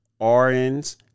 RNs